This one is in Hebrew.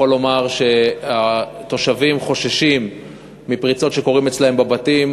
יכול לומר שהתושבים חוששים מפריצות שקורות אצלם בבתים.